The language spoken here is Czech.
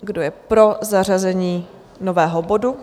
Kdo je pro zařazení nového bodu?